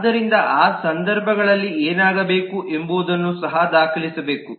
ಆದ್ದರಿಂದ ಆ ಸಂದರ್ಭಗಳಲ್ಲಿ ಏನಾಗಬೇಕು ಎಂಬುದನ್ನು ಸಹ ದಾಖಲಿಸಬೇಕು